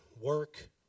work